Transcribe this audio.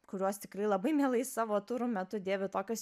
kuriuos tikrai labai mielai savo turų metu dėvi tokios